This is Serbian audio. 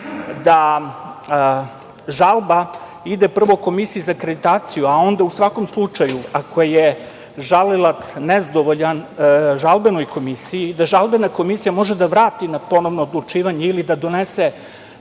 da žalba ide prvo komisiji za akreditaciju, a onda, u svakom slučaju, ako je žalilac nezadovoljan žalbenoj komisiji, da žalbena komisija može da vrati na ponovno odlučivanje ili da donese,